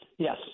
Yes